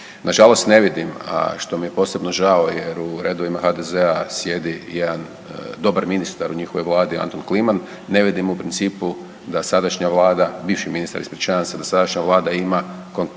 Nažalost ne vidim što mi je posebno žao jer u redovima HDZ-a sjedi jedan dobar ministar u njihovoj vladi Antun Kliman, ne vidim u principu da sadašnja vlada, bivši ministar, ispričavam se, da sadašnja vlada ima